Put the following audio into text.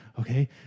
Okay